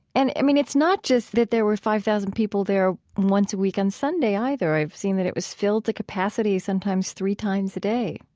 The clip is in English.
and, i mean, it's not just that there were five thousand people there once a week on sunday, either. i've seen that it was filled to capacity sometimes three times a day,